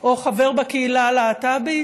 או חבר בקהילה הלהט"בית.